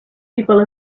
people